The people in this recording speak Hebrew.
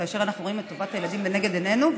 כאשר אנחנו רואים את טובת הילדים לנגד עינינו.